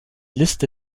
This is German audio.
liste